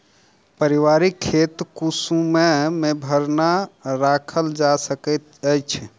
पारिवारिक खेत कुसमय मे भरना राखल जा सकैत अछि